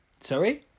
Sorry